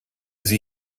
sie